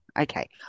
okay